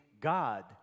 God